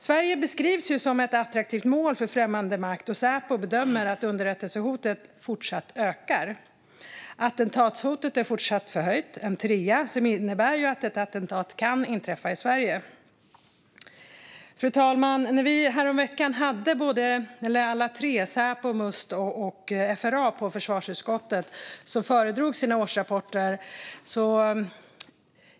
Sverige beskrivs som ett attraktivt mål för främmande makt, och Säpo bedömer att underrättelsehotet fortsätter att öka. Attentatshotet är fortsatt förhöjt - det är en trea, vilket innebär att ett attentat kan inträffa i Sverige. Fru talman! Säpo, Must och FRA föredrog häromveckan sina årsrapporter för försvarsutskottet.